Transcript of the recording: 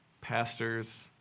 pastors